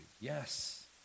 Yes